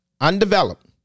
undeveloped